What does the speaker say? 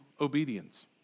obedience